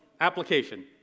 application